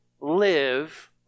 live